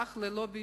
אך לא בביטולו.